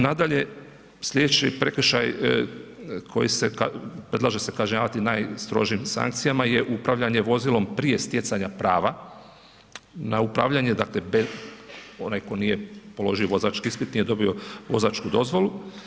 Nadalje, slijedeći prekršaj koji se predlaže se kažnjavati najstrožijim sankcijama je upravljanje vozilom prije stjecanja prava na upravljanje dakle, onaj tko nije položio vozački ispit, nije dobio vozačku dozvolu.